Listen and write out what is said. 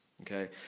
Okay